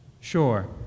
Sure